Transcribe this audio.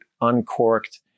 uncorked